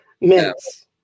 mints